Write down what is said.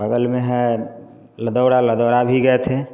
बगल में है लदौरा लदौरा भी गए थे